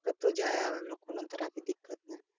कतौ जाय आबैमे कोनो तरहके दिक्कत नहि